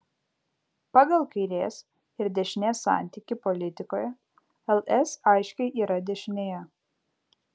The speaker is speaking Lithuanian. pagal kairės ir dešinės santykį politikoje ls aiškiai yra dešinėje